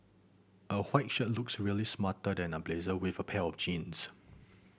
a white shirt looks really smart under a blazer with a pair of jeans